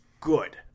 good